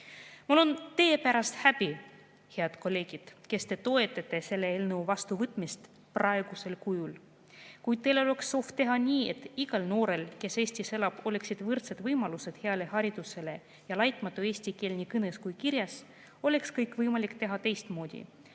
Mul on häbi teie pärast, head kolleegid, kes te toetate selle eelnõu vastuvõtmist praegusel kujul. Kui teil oleks soov teha nii, et kõigil noortel, kes Eestis elavad, oleksid võrdsed võimalused saada hea haridus ja [omandada] laitmatu eesti keel nii kõnes kui ka kirjas, oleks kõike võimalik teha teistmoodi,